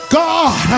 god